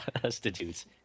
prostitutes